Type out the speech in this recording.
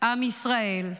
עם ישראל,